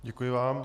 Děkuji vám.